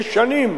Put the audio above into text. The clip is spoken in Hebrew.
זה שנים